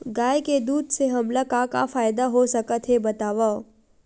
गाय के दूध से हमला का का फ़ायदा हो सकत हे बतावव?